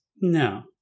No